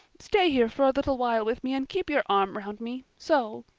stay here for a little while with me and keep your arm round me so.